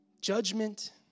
Judgment